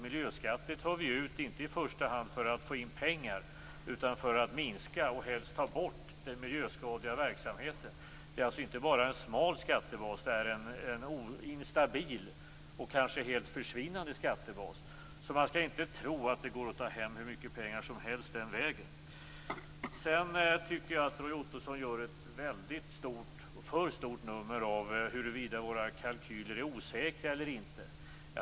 Miljöskatter tas dessutom inte i första hand ut för att vi skall få in pengar, utan för att vi vill minska och helst ta bort den miljöskadliga verksamheten. Det är alltså inte bara en smal skattebas, utan det är dessutom fråga om en instabil och kanske helt försvinnande skattebas. Man skall alltså inte tro att det går att ta hem hur mycket pengar som helst den vägen. Roy Ottosson gör sedan ett alltför stort nummer av huruvida våra kalkyler är osäkra eller inte.